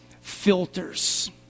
filters